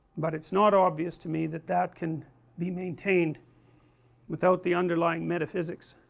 but it is not obvious to me that that can be maintained without the underlying metaphysics